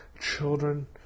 children